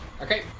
Okay